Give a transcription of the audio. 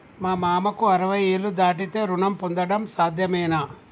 మా మామకు అరవై ఏళ్లు దాటితే రుణం పొందడం సాధ్యమేనా?